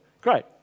great